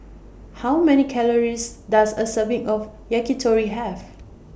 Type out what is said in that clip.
How Many Calories Does A Serving of Yakitori Have